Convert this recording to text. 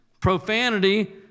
profanity